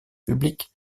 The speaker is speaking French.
publics